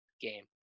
game